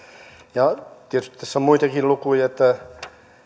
tietysti tässä on muitakin lukuja